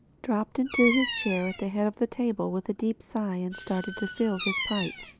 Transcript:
dropped into his chair at the head of the table with a deep sigh and started to fill his pipe.